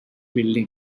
building